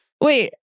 Wait